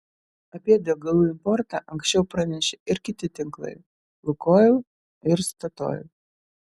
apie degalų importą anksčiau pranešė ir kiti tinklai lukoil ir statoil